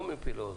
לא מפה לאוזן.